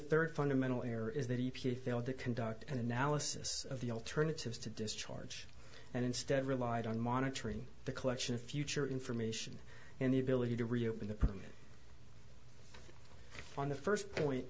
thought that conduct an analysis of the alternatives to discharge and instead relied on monitoring the collection of future information and the ability to reopen the permit on the first point